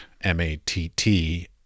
M-A-T-T